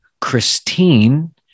Christine